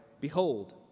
behold